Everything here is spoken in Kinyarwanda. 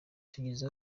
tugize